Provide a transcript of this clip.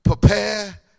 Prepare